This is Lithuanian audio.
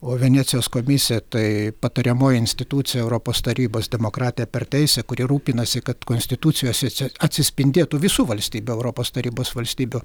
o venecijos komisija tai patariamoji institucija europos tarybos demokratija per teisę kurie rūpinasi kad konstitucijose atsispindėtų visų valstybių europos tarybos valstybių